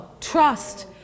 Trust